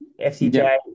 FCJ